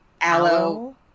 aloe